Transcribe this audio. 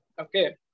Okay